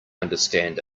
understand